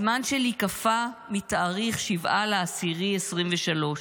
הזמן שלי קפא מתאריך 7 באוקטובר 2023,